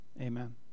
Amen